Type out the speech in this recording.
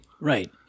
Right